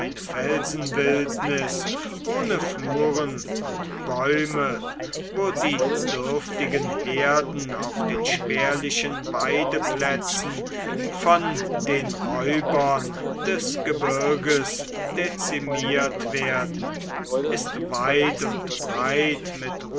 eine felsenwildnis ohne fluren und bäume wo die dürftigen herden auf den spärlichen weideplätzen von den räubern des gebirges dezimiert werden ist weit und breit mit